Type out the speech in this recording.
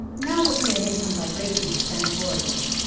now looking at income by race and hispanic origin.